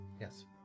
Yes